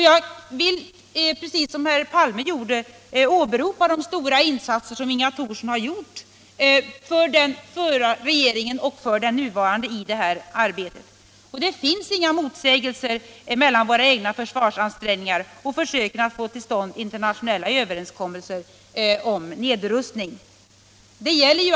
Jag vill, precis som herr Palme gjorde, åberopa de stora insatser som Inga Thorsson har gjort för den förra regeringen och för den nuvarande i nedrustningsarbetet. Det finns inga motsägelser mellan våra egna försvarsansträngningar och försöken att få till stånd internationella överenskommelser om nedrustning.